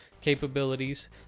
capabilities